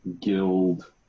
guild